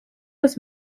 was